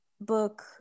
book